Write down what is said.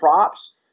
props